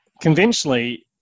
conventionally